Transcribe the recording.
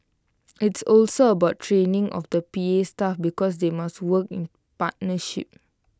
it's also about training of the P A staff because they must work in partnership